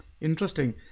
Interesting